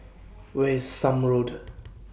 Where IS Somme Road